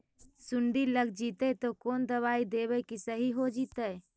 सुंडी लग जितै त कोन दबाइ देबै कि सही हो जितै?